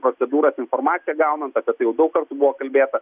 procedūras informaciją gaunant apie tai jau daug kartų buvo kalbėta